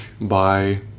Bye